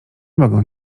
mogę